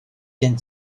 gen